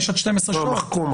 מחקו.